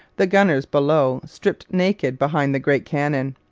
the gunners below stripped naked behind the great cannon.